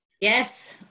Yes